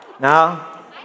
Now